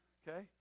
okay